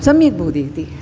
सम्यक् बोधयति